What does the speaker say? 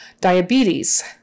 Diabetes